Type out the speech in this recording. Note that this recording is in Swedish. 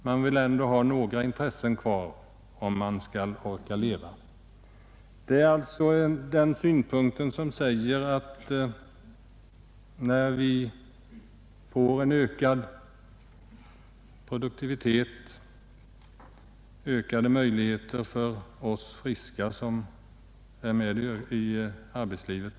Man vill ändå ha några intressen kvar om man skall orka leva.” En ökad produktivitet ger ökade möjligheter för oss friska som är med i arbetslivet.